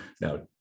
now